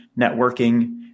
networking